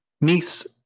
niece